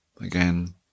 again